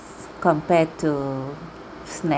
compared to snacks